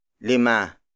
Lima